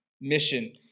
Mission